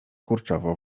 kurczowo